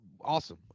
awesome